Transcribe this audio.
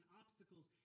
obstacles